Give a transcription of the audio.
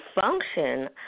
function